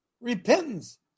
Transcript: Repentance